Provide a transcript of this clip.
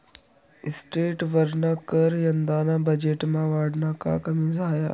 इस्टेटवरना कर यंदाना बजेटमा वाढना का कमी झाया?